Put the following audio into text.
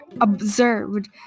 observed